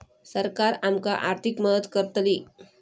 सरकार आमका आर्थिक मदत करतली?